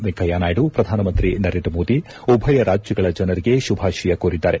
ವೆಂಕಯ್ಯನಾಯ್ಲು ಪ್ರಧಾನಮಂತ್ರಿ ನರೇಂದ್ರ ಮೋದಿ ಉಭಯ ರಾಜ್ಯಗಳ ಜನರಿಗೆ ಶುಭಾಶಯ ಕೋರಿದ್ದಾರೆ